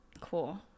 Cool